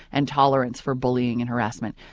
and tolerance for bullying and harassment.